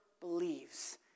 believes